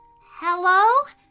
Hello